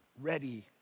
ready